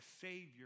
Savior